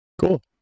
Cool